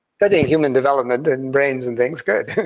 studying human development, and brains and things. good!